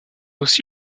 aussi